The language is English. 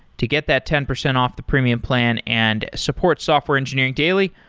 to get that ten percent off the premium plan and support software engineering daily,